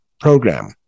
program